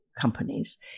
companies